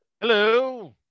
Hello